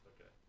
Okay